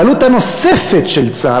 העלות הנוספת של צה"ל,